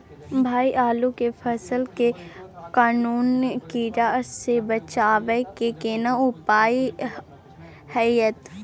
भाई आलू के फसल के कौनुआ कीरा से बचाबै के केना उपाय हैयत?